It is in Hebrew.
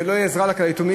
זה לא עזרה רק ליתומים,